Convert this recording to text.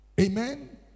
Amen